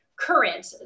Current